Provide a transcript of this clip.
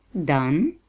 done?